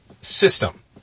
system